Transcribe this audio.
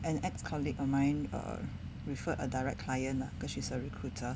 an ex colleague of mine err referred a direct client lah because she's a recruiter